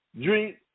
drink